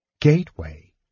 gateway